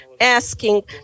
asking